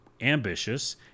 ambitious